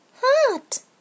hot